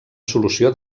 solució